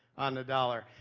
on the dollar.